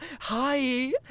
Hi